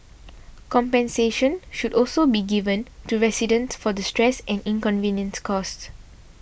compensation should also be given to residents for the stress and inconvenience caused